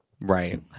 right